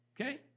Okay